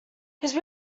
his